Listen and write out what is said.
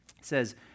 says